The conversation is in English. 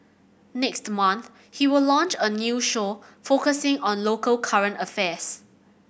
next month he will launch a new show focusing on local current affairs